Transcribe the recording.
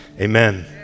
amen